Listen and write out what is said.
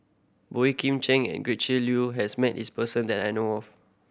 Boey Kim Cheng and Gretchen Liu has met this person that I know of